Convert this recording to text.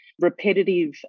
repetitive